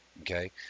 Okay